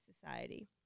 society